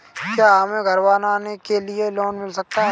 क्या हमें घर बनवाने के लिए लोन मिल सकता है?